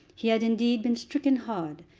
he had indeed been stricken hard,